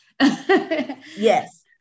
Yes